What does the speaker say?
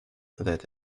that